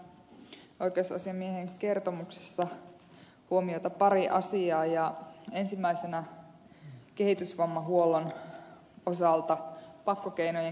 haluan kiinnittää oikeusasiamiehen kertomuksessa huomiota pariin asiaan ensimmäi senä kehitysvammahuollon osalta pakkokeinojen käyttö ja siitä tehdyt merkinnät